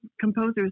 composers